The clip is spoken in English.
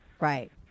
right